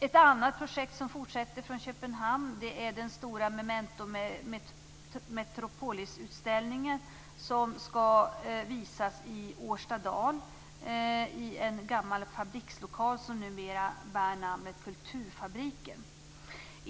Ett annat projekt som fortsätter från Köpenhamn är den stora Memento Metropolis-utställningen, som skall visas i Årstadal i en gammal fabrikslokal som numera bär namnet Kulturfabriken.